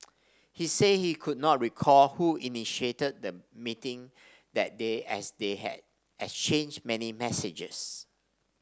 he said he could not recall who initiated the meeting that day as they had exchanged many messages